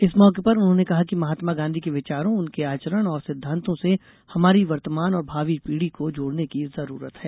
इस मौके पर उन्होंने कहा कि महात्मा गांधी के विचारों उनके आचरण और सिद्धांतों से हमारी वर्तमान और भावी पीढ़ी को जोड़ने की जरूरत है